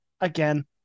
Again